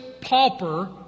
pauper